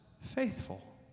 faithful